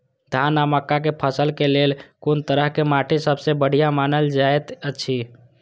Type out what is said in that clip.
धान आ मक्का के फसल के लेल कुन तरह के माटी सबसे बढ़िया मानल जाऐत अछि?